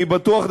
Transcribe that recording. אני בטוח,